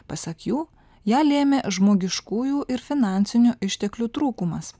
pasak jų ją lėmė žmogiškųjų ir finansinių išteklių trūkumas